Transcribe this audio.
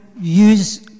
use